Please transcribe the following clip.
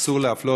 אסור להפלות,